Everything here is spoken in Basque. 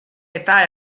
eta